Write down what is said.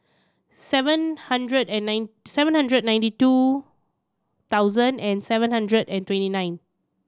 seven hundred and nine seven hundred and ninety two thousand and seven hundred and twenty nine